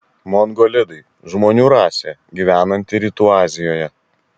mongolidai žmonių rasė gyvenanti rytų azijoje